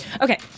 okay